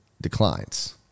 declines